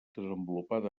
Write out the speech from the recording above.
desenvolupada